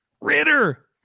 Ritter